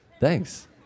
Thanks